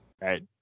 Right